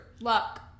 Luck